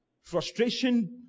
Frustration